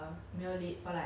oh so it's like